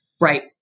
Right